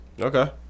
Okay